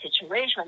situation